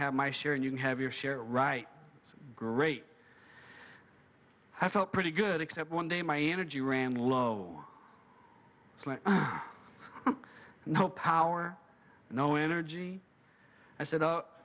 have my share and you can have your share right it's great i felt pretty good except one day my energy ran low no power no energy i s